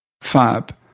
Fab